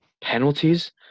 Penalties